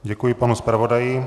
Děkuji panu zpravodaji.